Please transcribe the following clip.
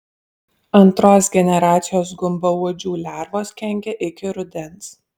antros generacijos gumbauodžių lervos kenkia iki rudens